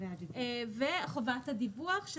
וחובת הדיווח,